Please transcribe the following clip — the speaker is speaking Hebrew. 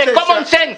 זה קומון סנס.